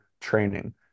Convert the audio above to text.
training